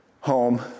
home